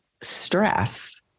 stress